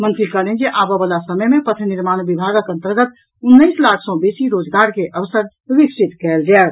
मंत्री कहलनि जे आबय बला समय मे पथ निर्माण विभागक अन्तर्गत उन्नैस लाख सँ बेसी रोजगार के अवसर विकसित कयल जायत